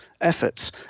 efforts